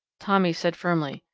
tommy said firmly,